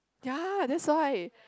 ya that's why